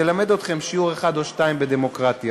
ללמד אתכם שיעור אחד או שניים בדמוקרטיה.